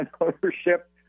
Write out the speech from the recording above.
ownership